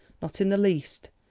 not in the least.